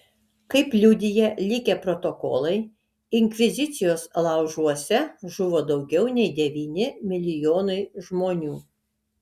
kaip liudija likę protokolai inkvizicijos laužuose žuvo daugiau nei devyni milijonai žmonių